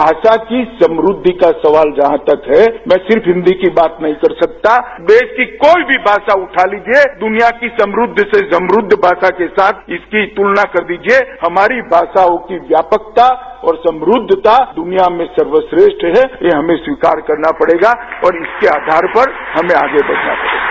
भाषा की समृद्धि का सवाल जहां तक है मैं सिर्फ हिन्दी की बात नहीं कर सकता देश की कोई भी भाषा उठा लिजिये दुनिया की सम्रद्ध से सम्रद्ध भाषा के साथ इसकी तुलना कर लीजिये हमारी भाषाओं की व्यापकता और सम्रद्धता दुनिया में सर्कश्रेष्ठ है यह हमें स्वीकार करना पड़ेगा और इसके आधार पर हमें आगे बढ़ना पड़ेगा